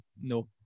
no